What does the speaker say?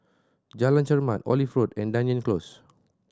Jalan Chermat Olive Road and Dunearn Close